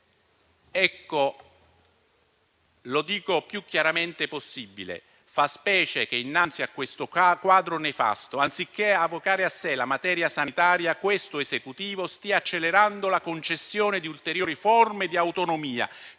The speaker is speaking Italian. Lo dico più chiaramente possibile: fa specie che, innanzi a questo quadro nefasto, anziché avocare a sé la materia sanitaria, questo Esecutivo stia accelerando la concessione di ulteriori forme di autonomia